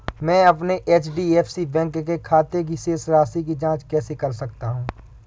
मैं अपने HDFC bank के खाते की शेष राशि की जाँच कैसे कर सकता हूँ?